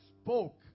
spoke